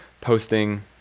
posting